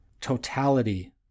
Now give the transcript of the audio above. totality